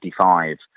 1955